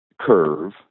curve